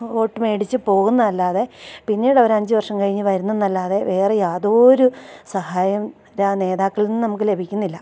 ഓട്ട് മേടിച്ച് പോകുന്നതല്ലാതെ പിന്നീടവരഞ്ച് വർഷം കഴിഞ്ഞ് വരുന്നെന്നല്ലാതെ വേറെ യാതോരു സഹായം ആ നേതാക്കളിൽ നിന്നും നമുക്ക് ലഭിക്കുന്നില്ല